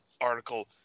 article